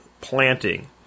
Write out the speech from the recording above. planting